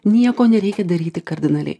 nieko nereikia daryti kardinaliai